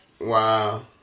Wow